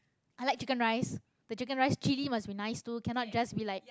i like chicken-rice the chicken-rice chilli must be nice too cannot just be like